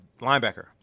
linebacker